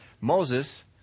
Moses